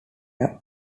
hire